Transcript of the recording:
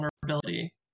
vulnerability